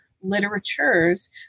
literatures